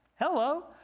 hello